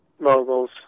moguls